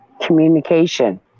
Communication